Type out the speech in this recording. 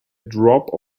drop